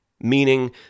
meaning